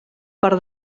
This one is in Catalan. per